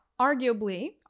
arguably